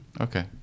Okay